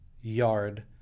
yard